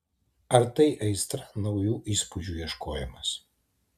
ar tai aistra naujų įspūdžių ieškojimas